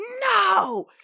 no